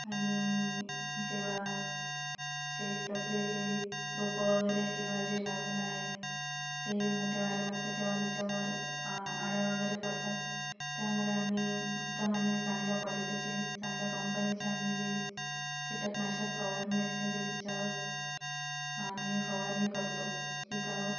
आणि जेव्हा शेतातले जे रोपं वगैरे आहे किंवा जे लावलेलं आहे ते मोठे व्हायला लागते तेव्हा त्याच्यावर अळ्या वगैरे पडतात त्यामुळे आम्ही उत्तम आणि चांगल्या क्वालिटीचे चांगल्या कंपनीचे आम्ही जे कीटकनाशक फवारणी असते ते तिच्यावर आम्ही फवारणी करतो पिकावर